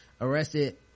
arrested